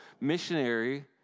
missionary